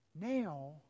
Now